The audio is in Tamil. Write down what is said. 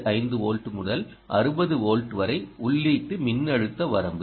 5 வோல்ட் முதல் 60 வோல்ட் வரை உள்ளீட்டு மின்னழுத்த வரம்பு